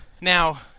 Now